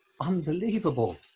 unbelievable